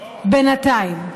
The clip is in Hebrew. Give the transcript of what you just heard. בינתיים.